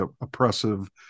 oppressive